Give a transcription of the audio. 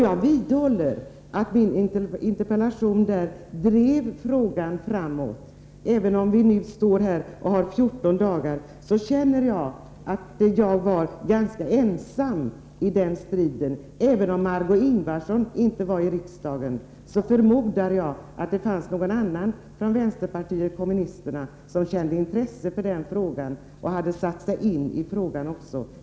Jag vidhåller att min interpellation då drev frågan framåt. Även om förslaget nu gäller 14 dagar känner jag att jag var ganska ensam i den striden. Om Marg6ö Ingvardsson vid den tiden inte var ledamot av riksdagen förmodar jag att det fanns någon annan inom vänsterpartiet kommunisterna som kände intresse för den här frågan och hade satt sig in i den.